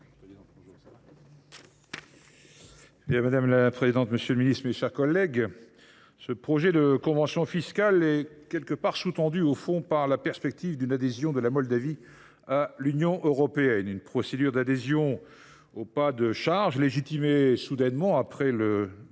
Madame la présidente, monsieur le ministre, mes chers collègues, ce projet de convention fiscale est sous tendu par la perspective d’une adhésion de la Moldavie à l’Union européenne. La procédure d’adhésion est menée au pas de charge et a été légitimée soudainement après le